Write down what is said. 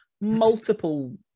multiple